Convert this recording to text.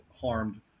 harmed